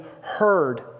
heard